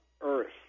Earth